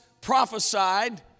prophesied